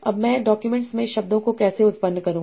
अब मैं डॉक्यूमेंट्स में शब्दों को कैसे उत्पन्न करूं